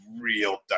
real